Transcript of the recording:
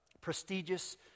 prestigious